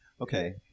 Okay